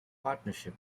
partnership